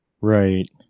Right